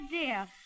idea